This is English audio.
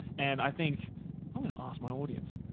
and i think i'm going to ask my audience.